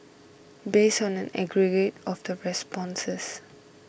based on an aggregate of the responses